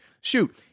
Shoot